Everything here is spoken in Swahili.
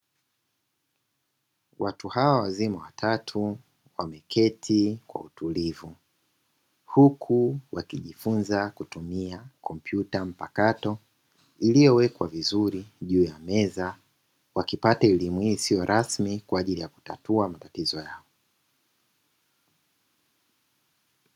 Watu hawa wazima watatu, wameketi kwa utulivu, huku wakijifunza kutumia kompyuta mpakato iliyowekwa vizuri juu ya meza, wakipata elimu hii isiyo rasmi kwa ajili ya kutatua matatizo yao.